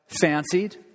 fancied